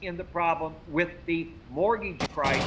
in the problem with the mortgage cr